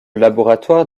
laboratoire